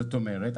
זאת אומרת,